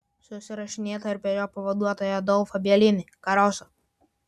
susirašinėta ir per jo pavaduotoją adolfą bielinį karosą